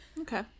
Okay